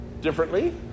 differently